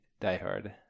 diehard